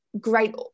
great